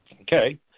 okay